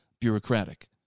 bureaucratic